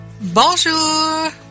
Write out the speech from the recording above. Bonjour